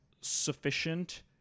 sufficient